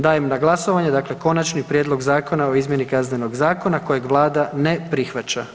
Dajem na glasovanje, dakle Konačni prijedlogu zakona o izmjeni Kaznenog zakona kojeg Vlada ne prihvaća.